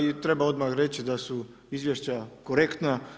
I treba odmah reći da su izvješća korektna.